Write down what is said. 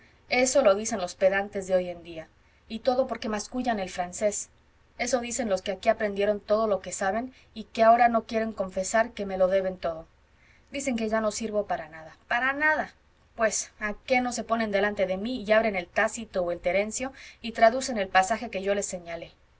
eso lo dicen los pedantes de hoy en día y todo porque mascullan el francés eso dicen los que aquí aprendieron todo lo que saben y que ahora no quieren confesar que me lo deben todo dicen que ya no sirvo para nada para nada pues a que no se ponen delante de mi y abren el tácito o el terencio y traducen el pasaje que yo les señale